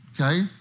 Okay